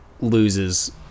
loses